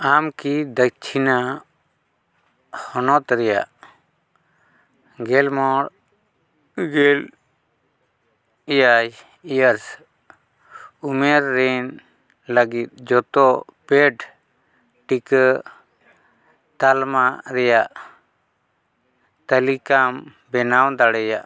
ᱟᱢ ᱠᱤ ᱫᱚᱠᱠᱷᱤᱱᱟ ᱦᱚᱱᱚᱛ ᱨᱮᱭᱟᱜ ᱜᱮᱞᱢᱚᱬ ᱜᱮᱞ ᱮᱭᱟᱭ ᱤᱭᱟᱨᱥ ᱩᱢᱮᱨ ᱨᱮᱱ ᱞᱟᱹᱜᱤᱫ ᱡᱚᱛᱚ ᱯᱮᱭᱰ ᱴᱤᱠᱟᱹ ᱛᱟᱞᱢᱟ ᱨᱮᱭᱟᱜ ᱛᱟᱞᱤᱠᱟᱢ ᱵᱮᱱᱟᱣ ᱫᱟᱲᱮᱭᱟᱜᱼᱟ